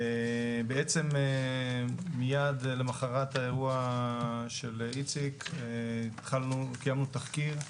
בעצם מייד למוחרת האירוע של איציק קיימנו תחקיר,